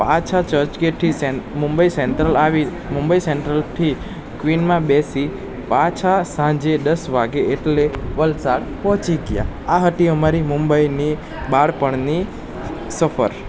પાછા ચર્ચગેટથી મુંબઈ સેન્ટ્રલ આવી મુંબઈ સેન્ટ્રલથી ક્વીનમાં બેસી પાછા સાંજે દસ વાગે એટલે વલસાડ પહોંચી ગયાં આ હતી અમારી મુંબઈની બાળપણની સફર